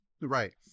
Right